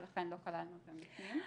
ולכן לא כללנו אותם בפנים.